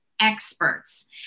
experts